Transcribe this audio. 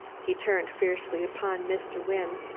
he turned fiercely upon mr. wynne.